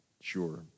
sure